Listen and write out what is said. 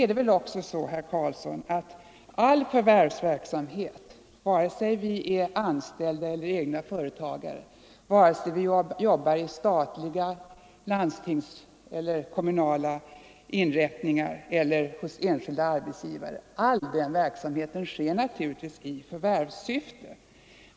Det är väl också så, herr Karlsson, att all förvärvsverksamhet, antingen vi är anställda eller egna företagare, antingen vi arbetar i statliga, landstingsstyrda eller kommunala inrättningar eller hos enskilda arbetsgivare, bedrivs i förvärvssyfte.